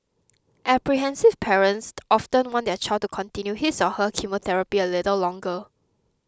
apprehensive parents often want their child to continue his or her chemotherapy a little longer